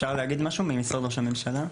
אפשר להגיד משהו, ממשרד ראש הממשלה?